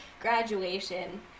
graduation